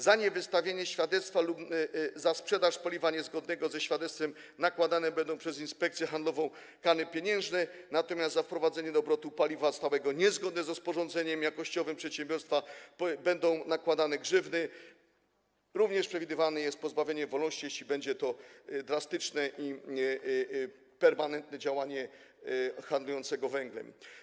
Za niewystawienie świadectwa lub za sprzedaż paliwa niezgodnego ze świadectwem nakładane będą przez Inspekcję Handlową kary pieniężne, natomiast za wprowadzenie do obrotu paliwa stałego niezgodne z rozporządzeniem jakościowym na przedsiębiorstwa będą nakładane grzywny, również przewidywane jest pozbawienie wolności, jeśli będzie to drastyczne i permanentne działanie handlującego węglem.